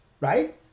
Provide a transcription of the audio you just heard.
right